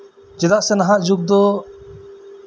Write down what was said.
ᱪᱮᱫᱟᱜ ᱥᱮ ᱱᱟᱦᱟᱜ ᱡᱩᱜᱽ ᱫᱚ